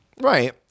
Right